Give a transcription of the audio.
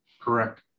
Correct